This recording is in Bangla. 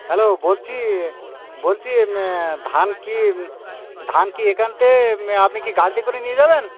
হ্যালো বলছি বলছি ধান কি ধান কি একান্তে আপনি কি গাড়িতে করে নিয়ে যাবেন